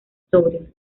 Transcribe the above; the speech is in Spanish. sobrio